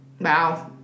Wow